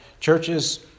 Churches